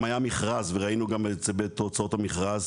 גם היה מכרז וראינו גם את זה בתוצאות המכרז,